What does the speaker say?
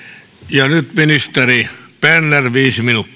ja nyt ministeri berner viisi minuuttia